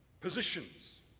positions